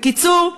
בקיצור,